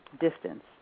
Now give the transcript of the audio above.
distance